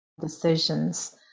decisions